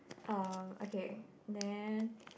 um okay then